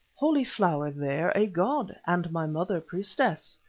holy flower there a god, and my mother priestess.